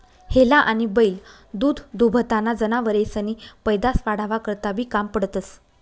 हेला आनी बैल दूधदूभताना जनावरेसनी पैदास वाढावा करता बी काम पडतंस